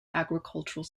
agricultural